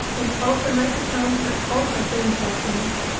an ultramicrotome for ultrathin sections,